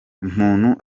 umuntu